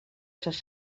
ses